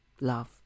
love